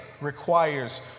requires